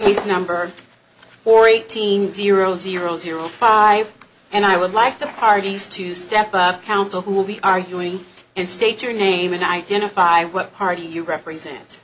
he's number four eighteen zero zero zero five and i would like the parties to step up counsel who will be arguing and state your name and identify what party you represent